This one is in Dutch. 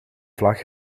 vlag